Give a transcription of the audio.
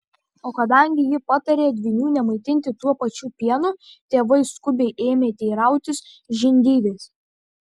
o kadangi ji patarė dvynių nemaitinti tuo pačiu pienu tėvai skubiai ėmė teirautis žindyvės